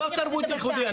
עזוב תרבותי ייחודי,